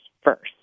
first